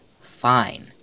fine